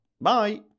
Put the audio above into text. Bye